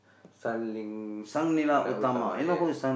Sang Ling~ Nila Utama yes